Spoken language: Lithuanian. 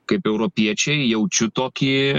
kaip europiečiai jaučiu tokį